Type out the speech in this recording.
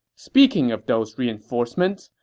speaking of those reinforcements,